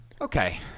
Okay